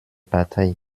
partei